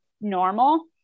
normal